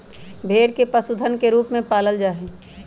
भेड़ के पशुधन के रूप में पालल जा हई